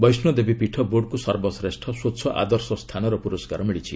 ବୈଷ୍ଣୋଦେବୀ ପୀଠ ବୋର୍ଡକୁ ସର୍ବଶ୍ରେଷ୍ଠ ସ୍ୱଚ୍ଚ ଆଦର୍ଶ ସ୍ଥାନର ପୁରସ୍କାର ମିଳିଛି